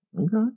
Okay